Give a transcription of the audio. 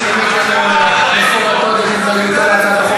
שנימק לנו מפורטות את התנגדותו להצעת החוק.